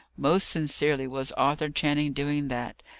most sincerely was arthur channing doing that.